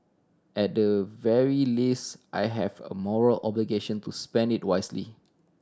at the very least I have a moral obligation to spend it wisely